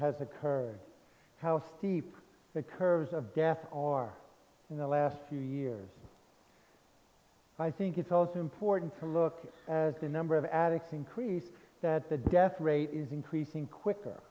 has occurred how steep the curves of death are in the last few years i think it's also important to look as the number of addicts increase that the death rate is increasing quicker